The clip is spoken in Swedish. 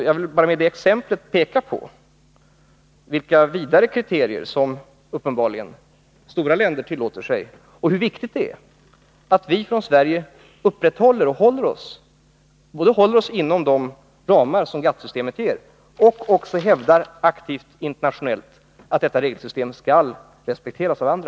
Jag vill med detta exempel peka på vilka vidare kriterier som stora länder uppenbarligen kan tillåta sig att tillämpa och hur viktigt det är att vi från Sverige håller oss inom de ramar som GATT-systemet ger och också hävdar aktivt internationellt att detta regelsystem skall respekteras av andra.